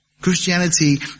Christianity